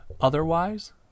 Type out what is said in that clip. Otherwise